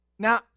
Now